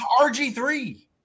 RG3